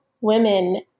women